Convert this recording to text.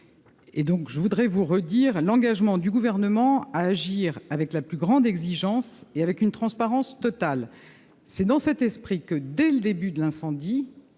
de vous redire l'engagement du Gouvernement à agir avec la plus grande exigence et dans une transparence totale. C'est dans cet esprit que, dès le début de l'incendie,